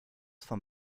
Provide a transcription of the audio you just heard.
vom